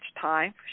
time